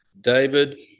David